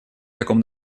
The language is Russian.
таком